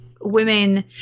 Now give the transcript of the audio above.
women